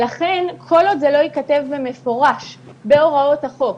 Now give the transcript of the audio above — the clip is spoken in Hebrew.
לכן, כל עוד זה לא ייכתב במפורש בהוראות החוק,